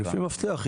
לפי מפתח,